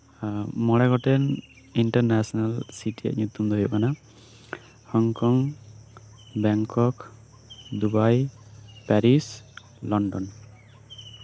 ᱦᱮᱸ ᱢᱚᱬᱮ ᱜᱚᱴᱮᱱ ᱤᱱᱴᱟᱨ ᱱᱮᱥᱮᱱᱟᱞ ᱥᱤᱴᱤ ᱨᱮᱭᱟᱜ ᱧᱩᱛᱩᱢ ᱫᱚ ᱦᱩᱭᱩᱜ ᱠᱟᱱᱟ Hong Kong Bangkok Dubai Paris London